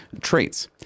traits